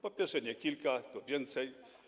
Po pierwsze, nie kilka, tylko więcej.